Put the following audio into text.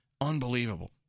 Unbelievable